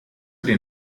den